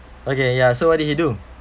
okay ya so what did he do